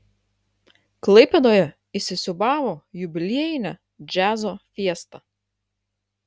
klaipėdoje įsisiūbavo jubiliejinė džiazo fiesta